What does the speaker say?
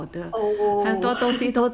oh